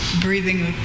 breathing